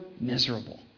miserable